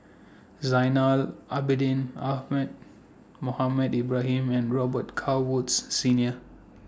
Zainal Abidin Ahmad Mohamed Ibrahim and Robet Carr Woods Senior